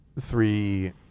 three